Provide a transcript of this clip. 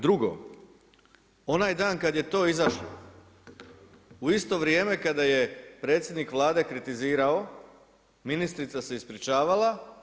Drugo, onaj dan kad je to izašlo u isto vrijeme kada je predsjednik Vlade kritizirao ministrica se ispričavala.